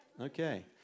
Okay